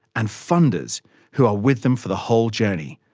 and funders who are with them for the whole journey,